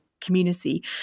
community